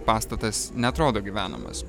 pastatas neatrodo gyvenamas